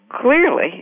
clearly